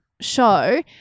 show